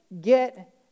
get